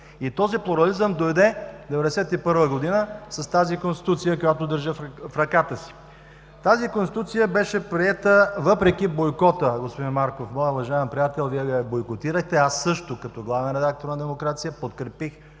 Този плурализъм дойде в 1991 г. с Конституцията, която държа в ръката си. Тази Конституция беше приета, въпреки бойкота, господин Марков – моят уважаван приятел, я бойкотирахте. Аз също като главен редактор на „Демокрация“ подкрепих